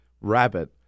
rabbit